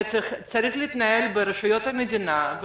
זה צריך להתנהל ברשויות המדינה,